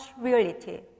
reality